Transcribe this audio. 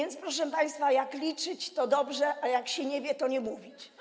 A zatem, proszę państwa, jak liczyć, to dobrze, a jak się nie wie, to nie mówić.